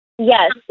Yes